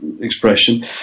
expression